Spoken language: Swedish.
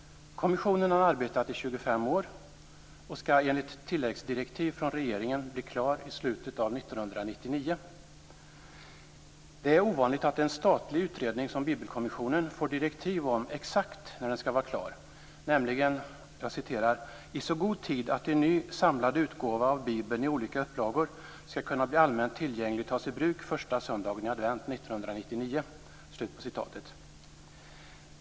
Kommissionen har arbetat i 25 år och skall enligt tilläggsdirektiv från regeringen bli klar i slutet av 1999. Det är ovanligt att en statlig utredning som Bibelkommissionen får exakta direktiv om när den skall vara klar. Den skall nämligen vara klar "- i så god tid att en ny samlad utgåva av bibeln i olika upplagor skall kunna bli allmänt tillgänglig och tas i bruk första söndagen i advent 1999".